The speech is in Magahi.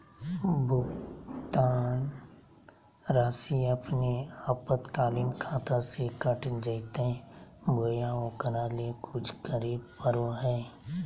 भुक्तान रासि अपने आपातकालीन खाता से कट जैतैय बोया ओकरा ले कुछ करे परो है?